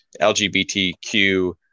LGBTQ